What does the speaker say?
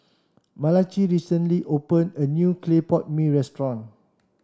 Malachi recently opened a new Clay Pot Mee Restaurant